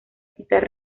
quitar